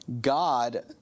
god